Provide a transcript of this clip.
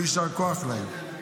ויישר כוח להם.